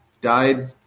died